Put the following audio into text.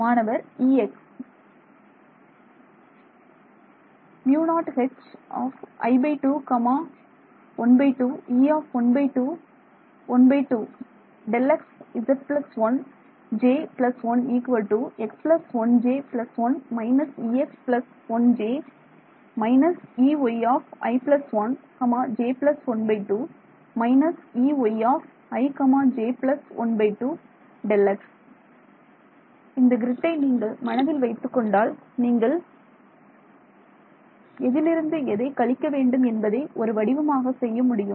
மாணவர் E x μ0H i 2 2 E i 2 i 2 Δx ˙ z 1 j 1 x 1 j 1 − Ex 1 j − Eyi 1 j 12 − Eyi j 12Δx இந்தக் க்ரிட்டை நீங்கள் மனதில் வைத்துக் கொண்டால் நீங்கள் எதிலிருந்து எதை கழிக்க வேண்டும் என்பதை ஒரு வடிவமாக செய்ய முடியும்